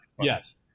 Yes